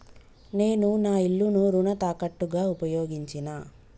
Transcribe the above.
నేను నా ఇల్లును రుణ తాకట్టుగా ఉపయోగించినా